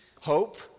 hope